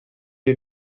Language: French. est